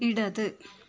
ഇടത്